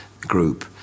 group